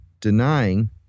denying